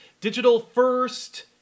digital-first